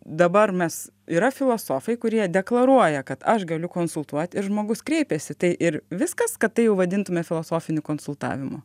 dabar mes yra filosofai kurie deklaruoja kad aš galiu konsultuot ir žmogus kreipiasi tai ir viskas kad tai vadintume filosofiniu konsultavimu